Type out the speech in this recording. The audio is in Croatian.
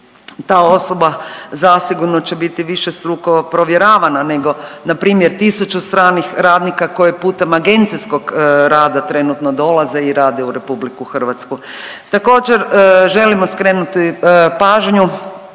ta osoba zasigurno će biti višestruko provjeravana nego npr. tisuću stranih radnika koji putem agencijskog rada trenutno dolaze i rade u RH. Također želimo skrenuti pažnju